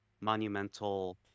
monumental